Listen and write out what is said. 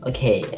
Okay